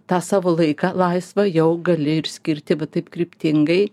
tą savo laiką laisvą jau gali ir skirti taip kryptingai